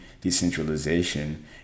decentralization